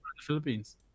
Philippines